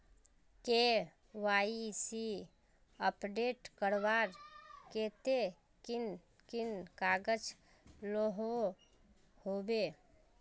KYC update करवार केते कुन कुन कागज लागोहो होबे?